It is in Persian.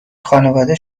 خانواده